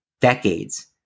decades